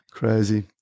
Crazy